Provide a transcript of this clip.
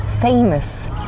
famous